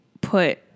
put